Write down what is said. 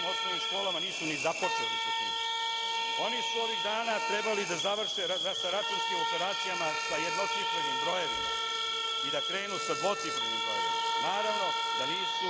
osnovnim školama nisu ni započeli. Oni su ovih dana trebali da završe sa računskim operacijama sa jednocifrenim brojevima i da krenu sa dvocifrenim brojevima, naravno da nisu,